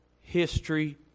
history